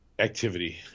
activity